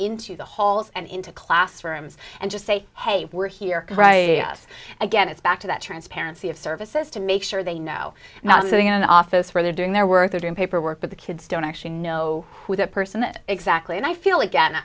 into the halls and into classrooms and just say hey we're here again it's back to that transparency of services to make sure they know i'm sitting in an office where they're doing their work they're doing paperwork but the kids don't actually know who that person exactly and i feel again